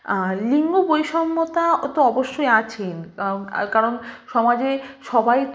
আর লিঙ্গ বৈষম্যতা ও তো অবশ্যই আছে কারণ সমাজে সবাই